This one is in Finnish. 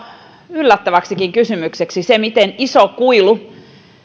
yllättäväksikin kysymykseksi se miten iso kuilu